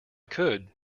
could